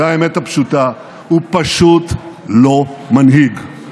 זו האמת הפשוטה, הוא פשוט לא מנהיג.